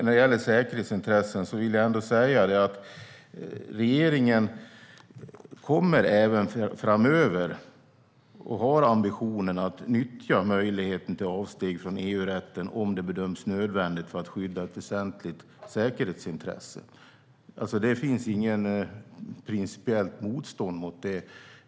När det gäller säkerhetsintressen vill jag ändå säga att regeringen även framöver kommer att ha ambitionen att nyttja möjligheten till avsteg från EU-rätten om det bedöms nödvändigt för att skydda ett väsentligt säkerhetsintresse. Det finns inget principiellt motstånd mot det.